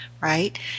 right